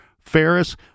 Ferris